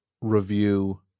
review